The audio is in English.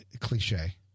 cliche